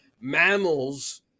mammals